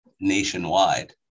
nationwide